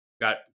got